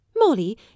Molly